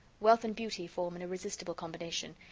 wealth and beauty form an irresistible combination,